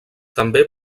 també